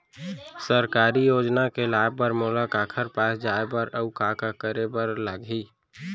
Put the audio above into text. सरकारी योजना के लाभ बर मोला काखर पास जाए बर अऊ का का करे बर लागही?